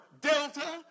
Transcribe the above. Delta